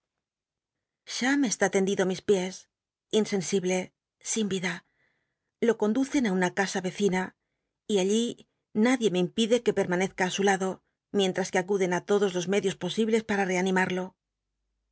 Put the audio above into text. hi tendido á mis piés insensible in ecina y allí nadie me impide que permanezca ü su lado mienllas que acuden i lodos los medios posibles para reanima